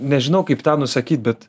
nežinau kaip tą nusakyt bet